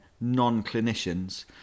non-clinicians